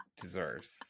deserves